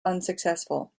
unsuccessful